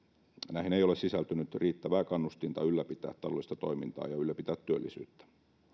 näihin ei ole sisältynyt riittävää kannustinta ylläpitää taloudellista toimintaa ja ylläpitää työllisyyttä